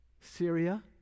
Syria